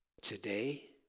today